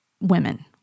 women